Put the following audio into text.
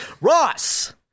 Ross